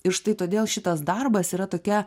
ir štai todėl šitas darbas yra tokia